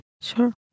Sure